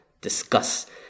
discuss